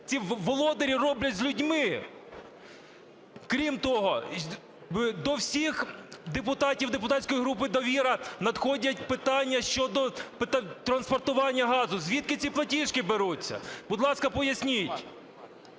володарі роблять з людьми. Крім того, до всіх депутатів депутатської групи "Довіра" надходять питання щодо транспортування газу. Звідки ці платіжки беруться, будь ласка, поясніть?